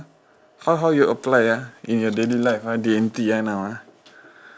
how how you apply ah in your daily life D and T now ah